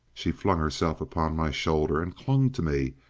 she flung herself upon my shoulder, and clung to me,